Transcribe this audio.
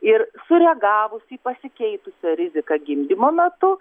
ir sureagavus į pasikeitusią riziką gimdymo metu